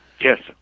Yes